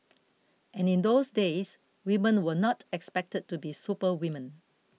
and in those days women were not expected to be superwomen